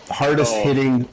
hardest-hitting